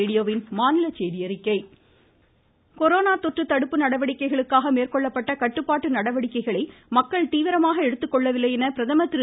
பிரதமர் கொரோனா தொற்று தடுப்பு நடவடிக்கைகளுக்காக மேற்கொள்ளப்பட்ட கட்டுப்பாட்டு நடவடிக்கைகளை மக்கள் தீவிரமாக எடுத்துக்கொள்ளவில்லை என்று பிரதமர் திரு